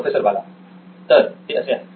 professor Bala तर ते असे आहे